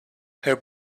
her